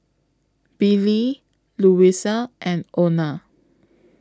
Billie Louisa and Ona